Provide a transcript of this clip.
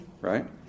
right